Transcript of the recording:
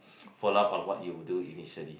follow up on what you would do initially